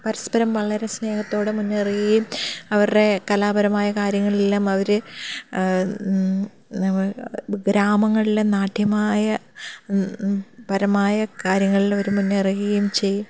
പരസ്പരം വളരെ സ്നേഹത്തോടെ മുന്നേറുകയും അവരുടെ കലാപരമായ കാര്യങ്ങളിലെല്ലാം അവരെ ഗ്രാമങ്ങളിലെ നാട്യമായ പരമായ കാര്യങ്ങളിൽ അവർ മുന്നേറുകയും ചെയ്യും